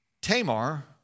Tamar